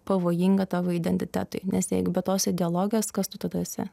pavojinga tavo identitetui nes jeigu be tos ideologijos kas tu tada esi